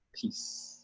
Peace